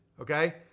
okay